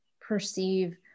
perceive